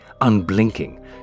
unblinking